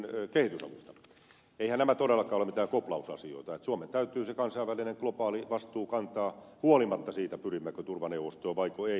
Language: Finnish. eiväthän nämä todellakaan ole mitään koplausasioita että suomen täytyy se kansainvälinen globaali vastuu kantaa huolimatta siitä pyrimmekö turvaneuvostoon vaiko ei